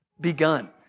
begun